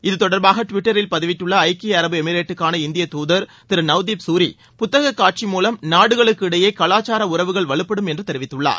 இது தொடர்பாக டிவிட்டரில் பதிவிட்டுள்ள ஐக்கிய அரபு எமிரேட்டுக்கான இந்திய துதர் திரு நவ்திப் சூரி புத்தக காட்சி மூலம் நாடுகளுக்கு இடையே கலாச்சார உறவுகள் வலுப்படும் என்று தெரிவித்துள்ளார்